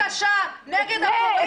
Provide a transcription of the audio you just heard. לא מספיק קשה נגד הפורעים.